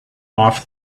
off